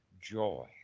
joy